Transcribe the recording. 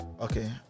okay